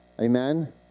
Amen